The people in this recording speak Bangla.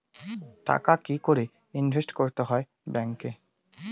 টাকা কি করে ইনভেস্ট করতে হয় ব্যাংক এ?